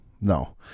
no